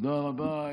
תודה רבה.